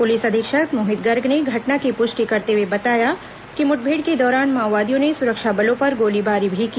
police अधीक्षक मोहित गर्ग ने घटना की पुष्टि करते हए बताया कि मुठभेड़ के दौरान माओवादियों ने सुरक्षा बलों पर गोलीबारी भी की